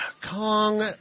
Kong